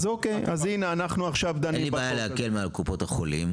אז הנה, אנחנו עכשיו דנים בחוק הזה.